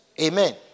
Amen